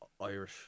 irish